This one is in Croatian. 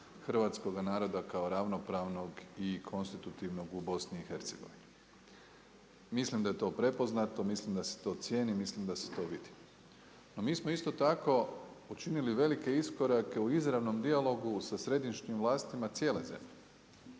hrvatskoga naroda kao ravnopravnog i konstitutivnog u BiH. Mislim da je to prepoznato, mislim da se to cijeni, mislim da se to vidi. No mi smo isto tako učinili velike iskorake u izravnom dijalogu sa središnjim vlastima cijele zemlje.